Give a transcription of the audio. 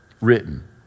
written